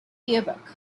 yearbook